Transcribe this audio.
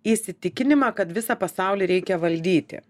įsitikinimą kad visą pasaulį reikia valdyti